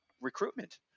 recruitment